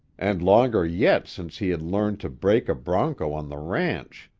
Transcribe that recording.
and longer yet since he had learned to break a bronco on the ranch,